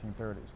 1930s